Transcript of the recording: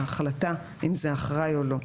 ההחלטה אם זה אחראי או לא.